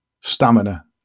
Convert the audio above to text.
stamina